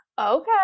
Okay